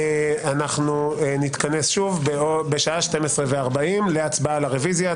נתכנס ב-12:40 להצבעה על הרביזיה.